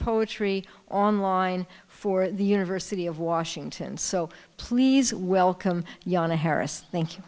poetry online for the university of washington so please welcome yana harris thank you